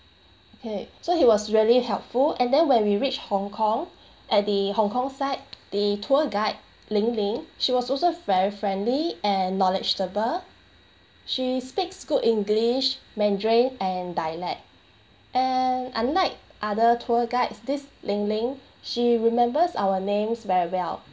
okay so he was really helpful and then when we reached hong kong at the hong kong side the tour guide lin lin she was also very friendly and knowledgeable she speaks good english mandarin and dialect and unlike other tour guides this lin lin she remembers our names very well